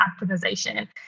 optimization